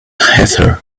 heather